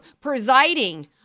presiding